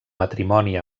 matrimoni